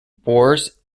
wars